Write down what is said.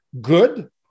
good